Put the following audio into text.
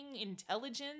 intelligence